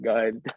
God